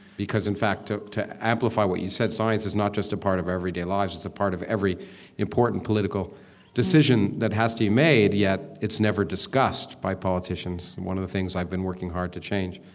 because in fact to to amplify what you said, science is not just a part of everyday lives. it's a part of every important political decision that has to be made, yet it's never discussed by politicians, one of the things i've been working hard to change.